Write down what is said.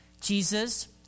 Jesus